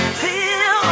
feel